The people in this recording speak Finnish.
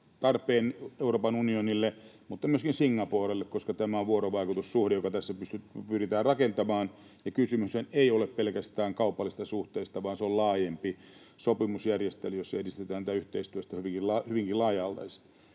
tarpeen Euroopan unionille mutta myöskin Singaporelle, koska tämä on vuorovaikutussuhde, joka tässä pyritään rakentamaan. Kysymyshän ei ole pelkästään kaupallisista suhteista, vaan se on laajempi sopimusjärjestely, jossa edistetään yhteistyötä hyvinkin laaja-alaisesti.